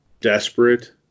desperate